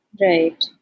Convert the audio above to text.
right